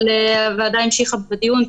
אבל הוועדה המשיכה בדיון,